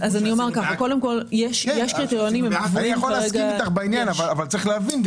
אני יכול להסכים איתך בעניין אבל צריך להבין,